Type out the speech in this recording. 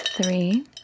Three